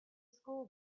school